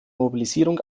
mobilisierung